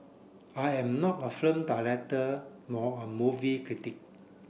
I am not a film director nor a movie critic